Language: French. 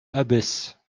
abbesse